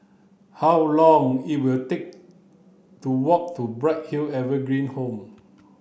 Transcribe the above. how long it will take to walk to Bright Hill Evergreen Home